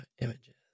images